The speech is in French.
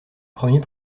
premier